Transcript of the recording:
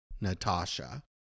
Natasha